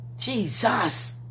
Jesus